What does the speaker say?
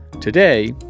Today